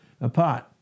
apart